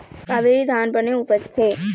कावेरी धान बने उपजथे?